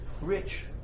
rich